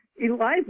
eliza